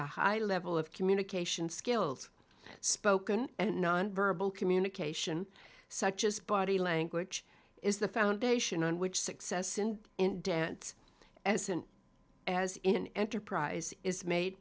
a high level of communication skills spoken and non verbal communication such as body language is the foundation on which success and in dance as an as in enterprise is made